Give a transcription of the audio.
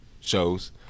shows